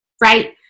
right